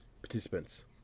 participants